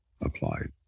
applied